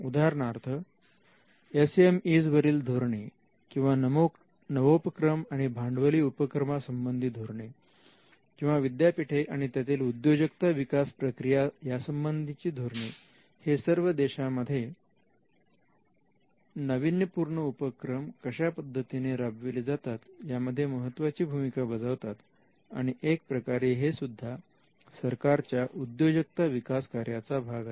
उदाहरणार्थ SME's वरील धोरणे किंवा नवोपक्रम आणि भांडवली उपक्रमा संबंधी धोरणे किंवा विद्यापीठे आणि त्यातील उद्योजकता विकास प्रक्रिया यासंबंधीची धोरण हे सर्व देशामध्ये नाविन्यपूर्ण उपक्रम कशा पद्धतीने राबविली जातात यामध्ये महत्त्वाची भूमिका बजावतात आणि एक प्रकारे हेसुद्धा सरकारच्या उद्योजकता विकास कार्याचा भाग आहे